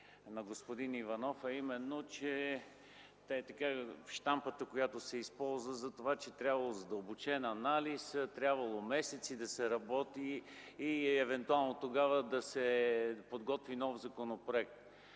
на господин Иванов, а именно, че щампата, която се използва за това, че трябвало задълбочен анализ, трябвало месеци да се работи и евентуално тогава да се подготви нов законопроект.